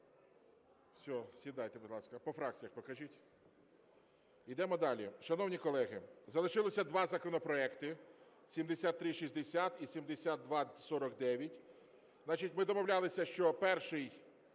Все, сідайте, будь ласка. По фракціях покажіть. Йдемо далі. Шановні колеги, залишилося два законопроекти – 7360 і 7249.